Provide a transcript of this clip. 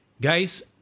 Guys